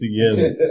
together